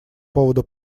поводу